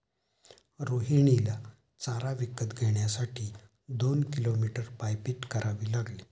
रोहिणीला चारा विकत घेण्यासाठी दोन किलोमीटर पायपीट करावी लागली